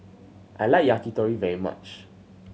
I like Yakitori very much